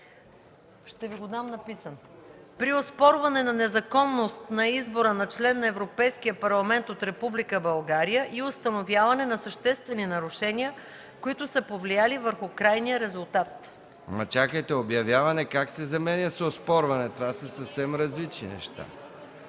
се изменя така: „При оспорване на незаконност на избора на член на Европейския парламент от Република България и установяване на съществени нарушения, които са повлияли върху крайния резултат.” ПРЕДСЕДАТЕЛ МИХАИЛ МИКОВ: Чакайте, „обявяване” как се заменя с „оспорване”? Това са съвсем различни неща.